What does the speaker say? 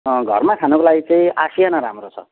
अँ घरमा खानुको लागि चाहिँ आसियाना राम्रो छ